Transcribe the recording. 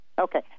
Okay